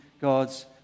God's